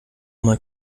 mal